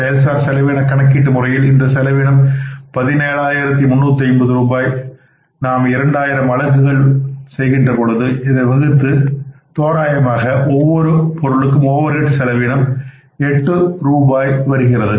செயல்சார் செலவின கணக்கீட்டு முறையில் இந்த செலவீனம் மொத்தம் 17 ஆயிரத்து 350 நாம் 2000 அலகுகளால் வகுக்கின்ற பொழுது தோராயமாக ஒவ்வொரு பொருளுக்கும் ஓவர் ஹெட் செலவீனம் எட்டு ரூபாய் வருகிறது